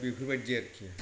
दा बेफोरबादि आरोखि